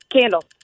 Candle